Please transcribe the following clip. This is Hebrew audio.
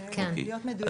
להיות מדויקים פה.